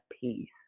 peace